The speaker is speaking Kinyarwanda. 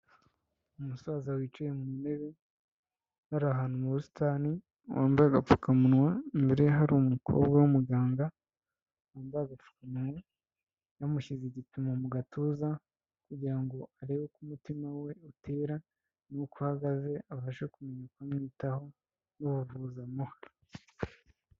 Umusaza wicaye mu ntebe bari ahantu mu busitani wambaye agapfukamunwa, imbere ye hari umukobwa w'umuganga wamba agapfukamunwa yamushyize igipimo mu gatuza kugira ngo arebe uko umutima we utera n'uko uhagaze abashe kumenya uko amwitaho n'ubuvuzi yamuha.